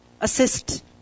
assist